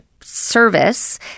service